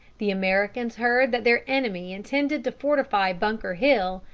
the americans heard that their enemy intended to fortify bunker hill,